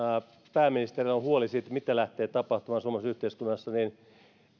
pääministerillä on huoli siitä mitä lähtee tapahtumaan suomalaisessa yhteiskunnassa niin